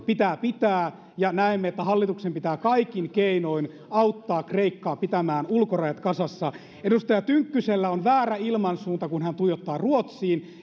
pitää pitää ja näemme että hallituksen pitää kaikin keinoin auttaa kreikkaa pitämään ulkorajat kasassa edustaja tynkkysellä on väärä ilmansuunta kun hän tuijottaa ruotsiin